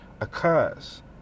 occurs